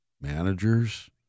managers